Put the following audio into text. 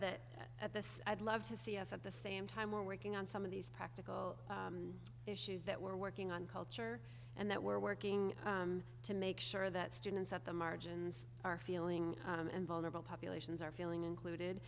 that at this i'd love to see us at the same time we're working on some of these practical issues that we're working on culture and that we're working to make sure that students at the margins are feeling and vulnerable populations are feeling included